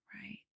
Right